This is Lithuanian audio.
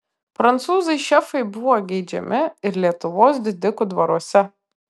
prancūzai šefai buvo geidžiami ir lietuvos didikų dvaruose